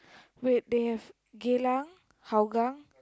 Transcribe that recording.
wait they have Geylang Hougang